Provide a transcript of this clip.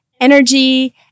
energy